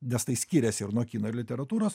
nes tai skiriasi ir nuo kino ir literatūros